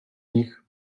nich